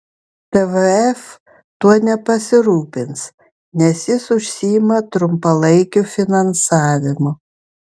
tvf tuo nepasirūpins nes jis užsiima trumpalaikiu finansavimu